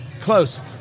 Close